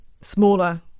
smaller